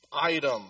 item